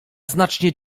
znacznie